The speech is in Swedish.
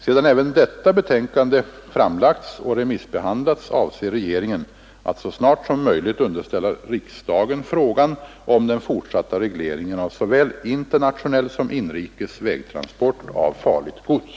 Sedan även detta betänkande framlagts och remissbehandlats avser regeringen att så snart som möjligt underställa riksdagen frågan om den fortsatta regleringen av såväl internationell som inrikes vägtransport av farligt gods.